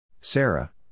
Sarah